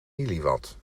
milliwatt